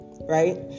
right